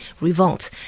Revolt